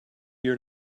your